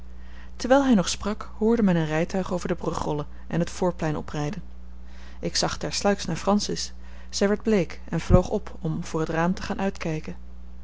terwijl hij nog sprak hoorde men een rijtuig over de brug rollen en t voorplein oprijden ik zag tersluiks naar francis zij werd bleek en vloog op om voor het raam te gaan uitkijken